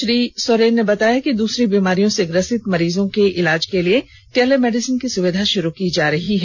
श्री सोरेन ने बताया कि दूसरी बीमारियों से ग्रसित मरीजों के ईलाज के लिए टेलीमेडिसीन की सुविधा शुरू की जा रही है